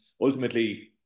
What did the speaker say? ultimately